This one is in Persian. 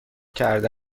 کرده